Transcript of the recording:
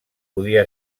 podia